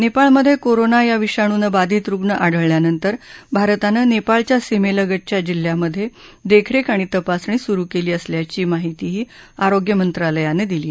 नेपाळमध्ये कोरोना या विषाणूनं बाधित रुग्ण आढळल्यानंतर भारतानं नेपाळच्या सीमेलगतच्या जिल्ह्यांमध्ये देखरेख आणि तपासणी सुरू केली असल्याची माहितीही आरोग्य मंत्रालयानं दिली